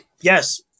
Yes